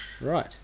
right